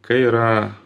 kai yra